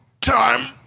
time